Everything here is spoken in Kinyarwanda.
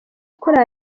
korali